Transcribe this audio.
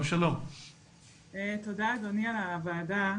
תודה, אדוני, על הוועדה.